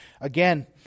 Again